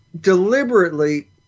deliberately